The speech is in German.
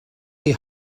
die